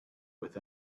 with